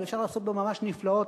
אבל אפשר לעשות בה ממש נפלאות,